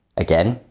again,